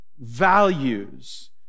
values